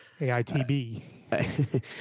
aitb